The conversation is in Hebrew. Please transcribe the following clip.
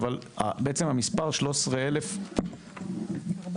אבל בעצם המספר 13,000 --- 13,445.